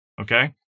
Okay